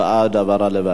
נגד, הסרה.